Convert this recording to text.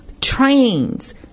trains